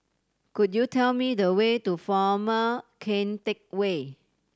could you tell me the way to Former Keng Teck Whay